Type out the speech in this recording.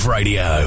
Radio